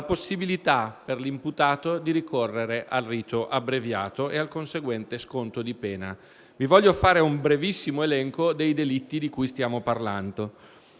possibilità per l'imputato di ricorrere al rito abbreviato e al conseguente sconto di pena. Vi voglio fare un brevissimo elenco dei delitti di cui stiamo parlando: